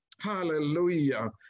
Hallelujah